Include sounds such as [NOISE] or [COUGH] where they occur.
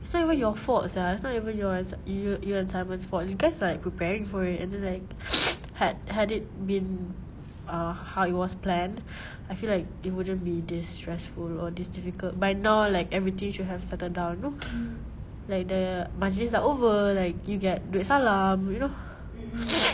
it's not even your fault sia it's not even your yo~ you and simon's fault you guys are like preparing for it and then like [NOISE] had had it been uh how it was planned I feel like it wouldn't be this stressful or this difficult by now like everything should have settled down you know like the majlis are over like you get duit salam you know